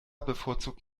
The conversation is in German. bevorzugt